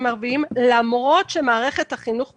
הערביים למרות שמערכת החינוך פתוחה.